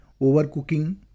overcooking